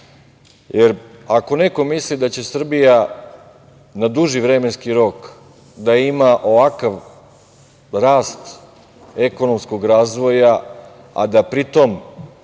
jer ako neko misli da će Srbija na duži vremenski rok da ima ovakav rast ekonomskog razvoja, a da pri tome